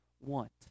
want